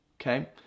okay